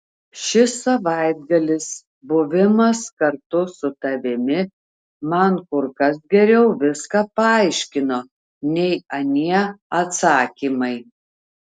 šis savaitgalis buvimas kartu su tavimi man kur kas geriau viską paaiškino nei anie atsakymai